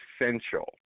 essential